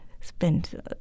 spend